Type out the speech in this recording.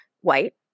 white